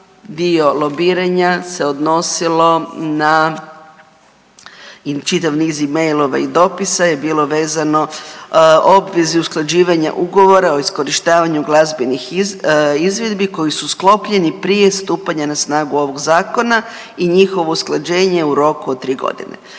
dio lobiranja se odnosilo na čitav niz i mailova i dopisa je bilo vezano o obvezi usklađivanja ugovora o iskorištavanju glazbenih izvedbi koji su sklopljeni prije stupanja na snagu ovog Zakona i njihovo usklađenje u roku od 3 godine.